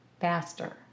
faster